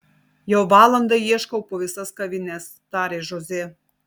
jau valandą ieškau po visas kavines tarė žozė